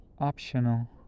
optional